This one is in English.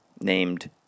named